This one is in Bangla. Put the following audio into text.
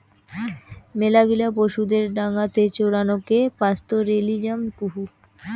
মেলাগিলা পশুদের ডাঙাতে চরানকে পাস্তোরেলিজম কুহ